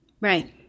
Right